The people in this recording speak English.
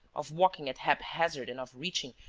of walking at hap-hazard and of reaching,